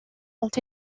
ont